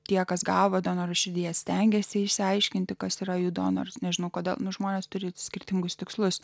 tie kas gavo donoro širdies stengiasi išsiaiškinti kas yra ju donoras nežinau kodėl nu žmonės turi skirtingus tikslus